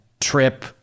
trip